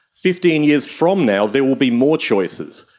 fifteen years from now there will be more choices.